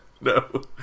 No